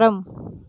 மரம்